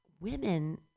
women